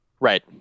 Right